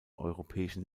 europäischen